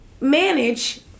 manage